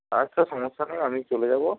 আচ্ছা সমস্যা নাই আমি চলে যাব